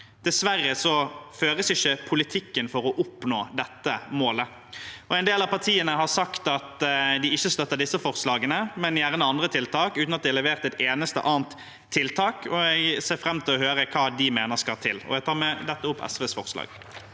Dessverre føres det ikke en politikk for å oppnå dette målet. En del av partiene har sagt at de ikke støtter disse forslagene, men gjerne andre tiltak, uten at de har levert et eneste annet tiltak, og jeg ser fram til å høre hva de mener skal til. Jeg tar med dette opp forslagene